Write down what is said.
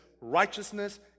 righteousness